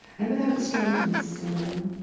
and without the strangeness, you know,